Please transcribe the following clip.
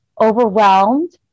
overwhelmed